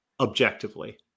objectively